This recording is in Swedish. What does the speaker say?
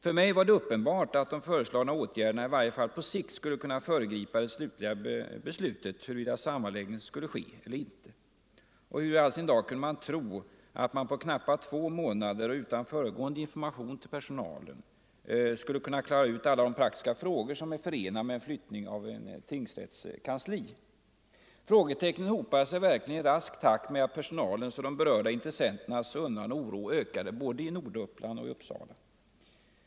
För mig var det uppenbart att de föreslagna åtgärderna i varje fall på sikt skulle kunna föregripa det slutliga beslutet huruvida sammanläggning skulle ske eller inte. Hur i all sin dar kunde man tro att man på knappa två månader och utan föregående information till personalen skulle kunna klara alla de praktiska frågor som är förenade med flyttning av en tingsrätts kansli? Frågetecknen hopade sig verkligen i rask takt samtidigt med att personalens och de berörda intressenternas undran och oro ökade både i Norduppland och i Uppsala.